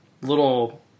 little